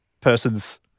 person's